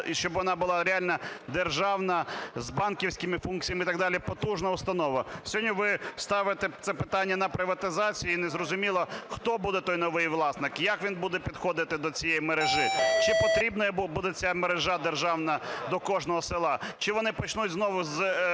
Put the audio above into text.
і щоб вона була реально державна, з банківськими функціями і так далі, потужна установа. Сьогодні ви ставите це питання на приватизацію і не зрозуміло, хто буде той новий власник, як він буде підходити до цієї мережі, чи потрібна йому буде ця мережа державна до кожного села, чи вони почнуть знову з